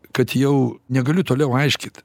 kad jau negaliu toliau aiškit